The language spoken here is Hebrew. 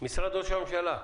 משרד ראש הממשלה.